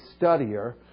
studier